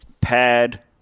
pad